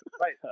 right